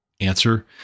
answer